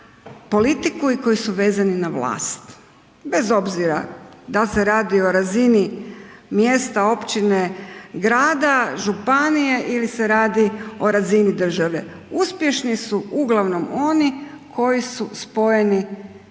politiku i koji su vezani na vlast, bez obzira da li se radi o razini mjesta, općine, grada, županije ili se radi o razini države. Uspješni su uglavnom oni koji su spojeni